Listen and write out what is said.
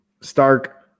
Stark